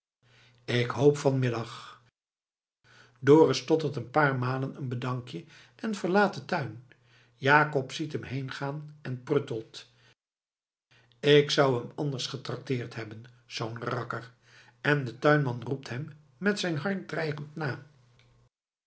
k hoop van middag dorus stottert een paar malen een bedankje en verlaat den tuin jakob ziet hem heengaan en pruttelt k zou hem anders getrakteerd hebben zoo'n rakker en de tuinman roept hem met zijn hark dreigend na